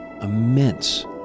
immense